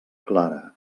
clara